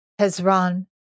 Hezron